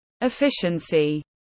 Efficiency